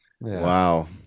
Wow